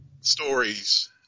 stories